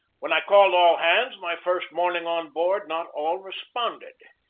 when i called all hands my first morning on board, not all responded.